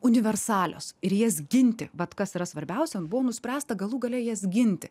universalios ir jas ginti vat kas yra svarbiausia buvo nuspręsta galų gale jas ginti